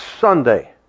Sunday